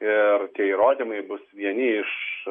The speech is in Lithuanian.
ir tie įrodymai bus vieni iš